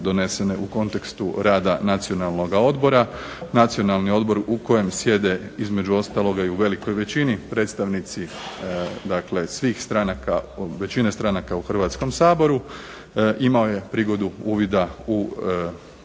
donesene u kontekstu rada Nacionalnog odbora, Nacionalni odbor u kojem sjede između ostalog u velikoj većini predstavnici većine stranaka u Hrvatskom saboru, imao je prigodu uvida u pregovaračku